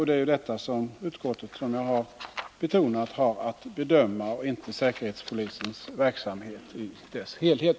Det är detta som utskottet har att bedöma och inte säkerhetspolisens verksamhet i dess helhet.